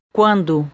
Quando